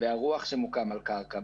והרוח שמוקמת על קרקע,